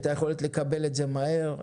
את היכולת לקבל את זה מהר,